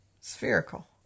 spherical